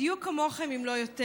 בדיוק כמוכם אם לא יותר,